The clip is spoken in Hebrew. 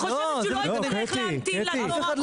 לא, זה בדיוק הנקודה, אף אחד לא מונע.